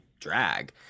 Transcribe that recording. drag